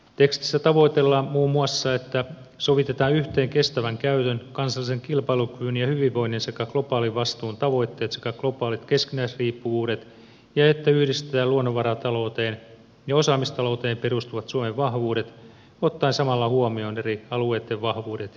tekstissä tavoitellaan muun muassa sitä että sovitetaan yhteen kestävän käytön kansallisen kilpailukyvyn ja hyvinvoinnin sekä globaalin vastuun tavoitteet sekä globaalit keskinäisriippuvuudet ja että yhdistetään luonnonvaratalouteen ja osaamistalouteen perustuvat suomen vahvuudet ottaen samalla huomioon eri alueitten vahvuudet ja erityispiirteet